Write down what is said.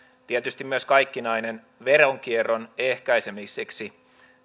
tietysti myös kaikkinainen veronkierron ehkäisemiseksi